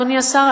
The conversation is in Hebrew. אדוני השר,